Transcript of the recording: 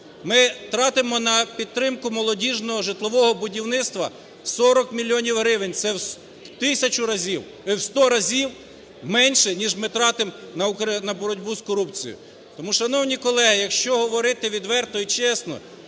Ми тратимо на підтримку молодіжного житлового будівництва 40 мільйонів гривень, це в тисячу разів і в сто разів менше, ніж ми тратимо на боротьбу з корупцією. Тому, шановні колеги, якщо говорити відверто й чесно